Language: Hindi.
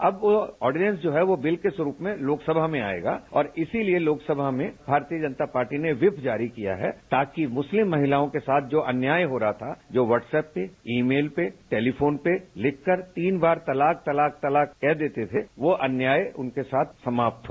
अब आर्डिनेंस जो है बिल के स्वरूप में लोकसभा में आयेगा और इसी लिए लोकसभा में भारतीय जनता पार्टी ने वहिप जारी किया है ताकि मुस्लिम महिलाओं के साथ अन्याय हो रहा था जो व्हॉट्अप पे ई मेल पे टेलीफोन पे लिखकर तीन बार तलाक तलाक तलाक कह देते थे वो अन्याय उनके साथ समाप्त हो